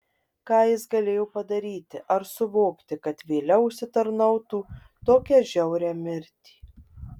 ką jis galėjo padaryti ar suvokti kad vėliau užsitarnautų tokią žiaurią mirtį